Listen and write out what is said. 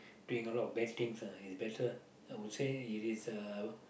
doing a lot of bad things lah better I would say it is uh